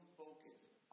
focused